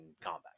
combat